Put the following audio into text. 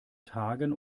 tagen